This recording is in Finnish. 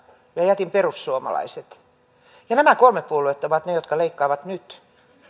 ja jätin perussuomalaiset nämä kolme puoluetta ovat ne jotka leikkaavat nyt